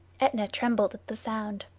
aetna trembled at the sound.